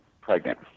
pregnant